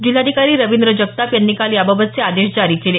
जिल्हाधिकारी रविंद्र जगताप यांनी काल याबाबतचे आदेश जारी केले